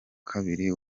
kabiri